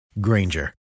Granger